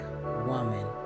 woman